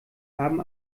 haben